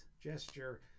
gesture